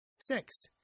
Six